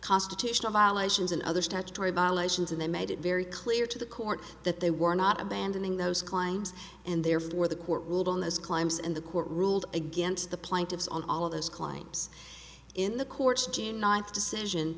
constitutional violations and other statutory violations and they made it very clear to the court that they were not abandoning those climbs and therefore the court ruled on those climbs and the court ruled against the plaintiffs on all of those climbs in the